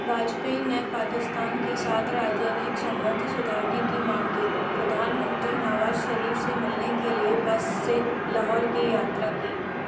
वाजपेयी ने पाकिस्तान के साथ राजनीतिक संबंध सुधारने की मांग की प्रधानमंत्री नवाज शरीफ से मिलने के लिए बस से लाहौर की यात्रा की